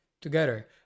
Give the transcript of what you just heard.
together